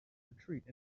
retreat